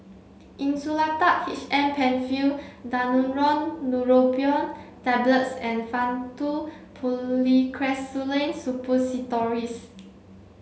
Insulatard H M Penfill Daneuron Neurobion Tablets and Faktu Policresulen Suppositories